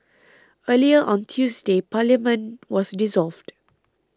earlier on Tuesday Parliament was dissolved